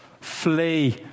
Flee